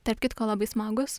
tarp kitko labai smagūs